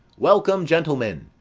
welcome, gentlemen!